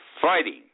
fighting